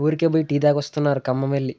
ఊరికే పోయి టీ తాగి వస్తున్నారు ఖమ్మం వెళ్ళి